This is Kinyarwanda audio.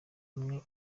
numwe